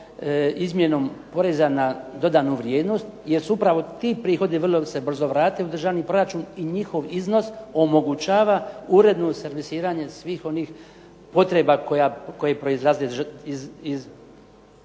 izmjenom poreza na dodanu vrijednost, jer su upravo ti prihodi vrlo se brzo vrate u državni proračun i njihov iznos omogućava uredno servisiranje svih onih potreba koje proizlaze iz svih